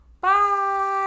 Bye